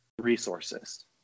resources